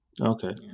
Okay